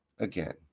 Again